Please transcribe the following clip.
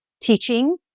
teaching